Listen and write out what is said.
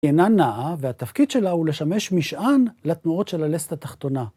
אינה נעה והתפקיד שלה הוא לשמש משען לתנועות של הלסת התחתונה.